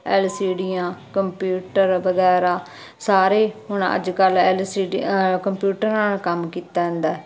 L C ਡੀਆਂ computer ਵਗੈਰਾ ਸਾਰੇ ਹੁਣ ਅੱਜ ਕੱਲ੍ਹ ਐਲ ਸੀ ਡੀ ਕੰਪਿਊਟਰ ਨਾਲ ਕੰਮ ਕੀਤਾ ਜਾਂਦਾ